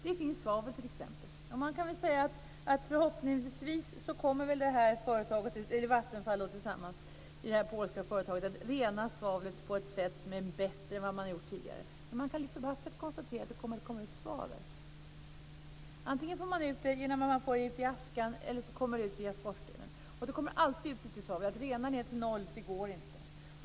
Det finns t.ex. svavel. Förhoppningsvis kommer Vattenfall tillsammans med det polska företaget att rena svavlet på ett sätt som är bättre än vad man har gjort tidigare. Men man kan lik förbaskat konstatera att det kommer ut svavel. Antingen får man ut det genom askan eller så kommer det ut via skorstenen. Det kommer alltid ut lite svavel. Att rena ned till noll går inte.